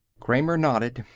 kramer nodded.